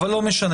אבל לא משנה.